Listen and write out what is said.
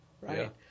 right